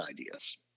ideas